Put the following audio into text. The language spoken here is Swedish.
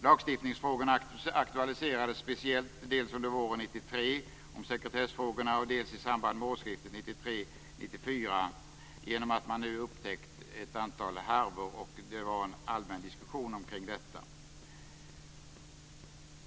Lagstiftningsfrågorna aktualiserades speciellt dels under våren 1993 vad gäller sekretessfrågorna, dels i samband med årsskiftet 1993-1994, då ett antal härvor upptäcktes och det fördes en allmän diskussion omkring detta.